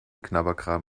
knabberkram